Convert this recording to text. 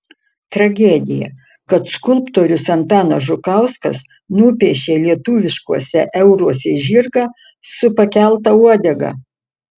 tragedija kad skulptorius antanas žukauskas nupiešė lietuviškuose euruose žirgą su pakelta uodega